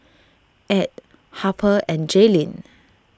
Add Harper and Jaylin